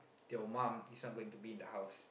your mum is not going to be in the house